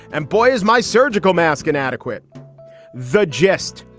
and boy, is my surgical mask inadequate the geste.